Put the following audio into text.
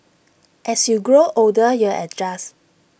as you grow older you adjust